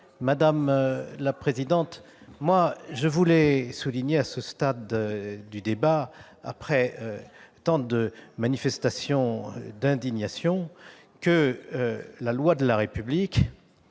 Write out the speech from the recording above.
Madame la présidente Assassi, je veux souligner à ce stade du débat, après tant de manifestations d'indignation, que la loi de la République